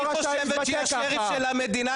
היא חושבת שהיא השריף של המדינה,